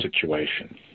situation